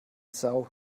sau